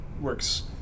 works